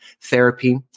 therapy